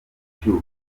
icyuho